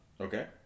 Okay